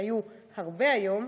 כי היו הרבה היום,